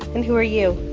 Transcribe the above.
and who are you?